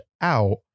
out